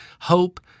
hope